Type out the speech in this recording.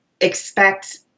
expect